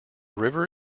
river